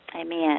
Amen